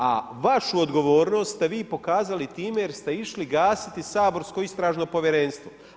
A vašu odgovornost ste vi pokazali time jer ste išli gasiti saborsko Istražno povjerenstvo.